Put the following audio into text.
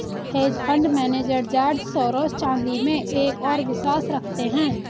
hedge fund manager George Soros चांदी में एक और विश्वास रखते हैं